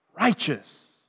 Righteous